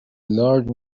large